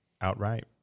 outright